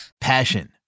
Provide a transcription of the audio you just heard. Passion